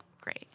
Great